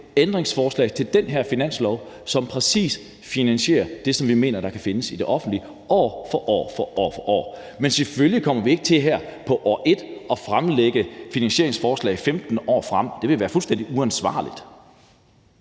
ændringsforslag til den her finanslov, som præcis finansierer det, som vi mener der kan findes i det offentlige år for år. Men selvfølgelig kommer vi ikke til her i år 1 at fremlægge finansieringsforslag 15 år frem, for det vil være fuldstændig uansvarligt.